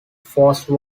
force